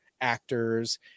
actors